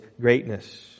greatness